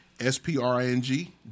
S-P-R-I-N-G